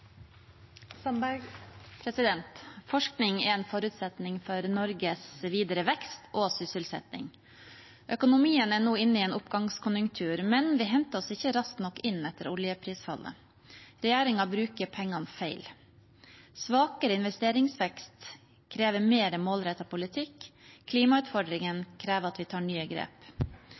viser dette. Forskning er en forutsetning for Norges videre vekst og sysselsetting. Økonomien er nå inne i en oppgangskonjunktur, men vi hentet oss ikke raskt nok inn etter oljeprisfallet. Regjeringen bruker pengene feil. Svakere investeringsvekst krever mer målrettet politikk, og klimautfordringene krever at vi tar nye grep.